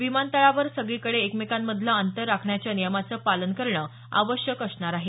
विमानतळावर सगळीकडे एकमेकांमधलं अंतर राखण्याच्या नियमाचं पालन करणं आवश्यक असणार आहे